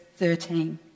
13